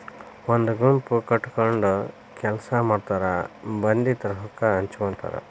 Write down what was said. ಒಂದ ಗುಂಪ ಕಟಗೊಂಡ ಕೆಲಸಾ ಮಾಡತಾರ ಬಂದಿದ ರೊಕ್ಕಾ ಹಂಚಗೊತಾರ